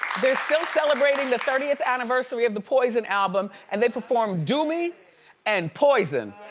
they're still celebrating the thirtieth anniversary of the poison album, and they performed do me and poison.